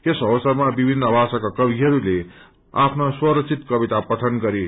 यस अवसरमा विभिन्न भाषाका कविहरूले आफ्ना स्वरचित कविता पठन गरे